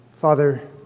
Father